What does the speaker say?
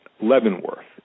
Leavenworth